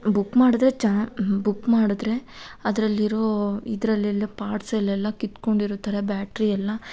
book ಮಾಡಿದ್ರೆ ಚೆನ್ನಾ book ಮಾಡಿದ್ರೆ ಅದರಲ್ಲಿರೋ ಇದರಲ್ಲೆಲ್ಲ ಪಾರ್ಟ್ಸಲ್ಲೆಲ್ಲ ಕಿತ್ಕೊಂಡಿರೋ ಥರ ಬ್ಯಾಟ್ರಿ ಎಲ್ಲ